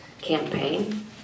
campaign